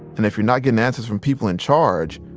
and if you're not getting answers from people in charge,